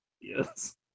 Yes